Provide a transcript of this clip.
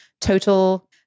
total